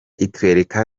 itwereka